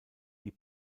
die